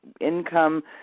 income